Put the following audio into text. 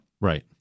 Right